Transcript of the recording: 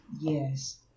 Yes